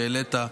שהעלית,